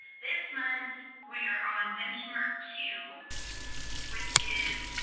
this month we are on benchmark two which is